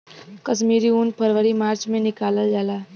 कश्मीरी उन फरवरी मार्च में निकालल जाला